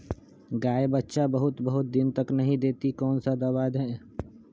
गाय बच्चा बहुत बहुत दिन तक नहीं देती कौन सा दवा दे?